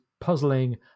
puzzling